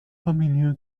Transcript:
familie